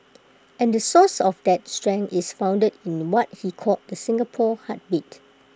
and the source of that strength is founded in what he called the Singapore heartbeat